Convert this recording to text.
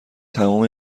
تموم